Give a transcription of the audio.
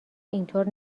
اینطور